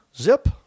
Zip